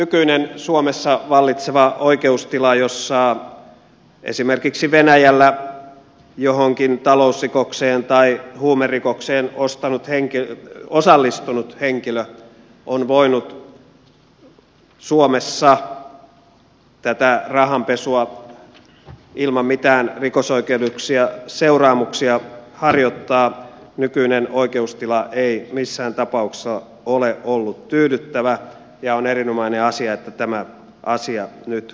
nykyinen suomessa vallitseva oikeustila jossa esimerkiksi venäjällä johonkin talousrikokseen tai huumerikokseen osallistunut henkilö on voinut suomessa tätä rahanpesua ilman mitään rikosoikeudellisia seuraamuksia harjoittaa ei missään tapauksessa ole ollut tyydyttävä ja on erinomainen asia että tämä asia nyt korjataan